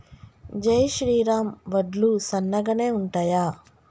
జై శ్రీరామ్ వడ్లు సన్నగనె ఉంటయా?